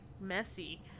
messy